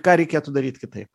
ką reikėtų daryt kitaip